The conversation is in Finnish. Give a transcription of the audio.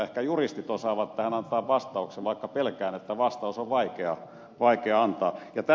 ehkä juristit osaavat tähän antaa vastauksen vaikka pelkään että vastaus on vaikea antaa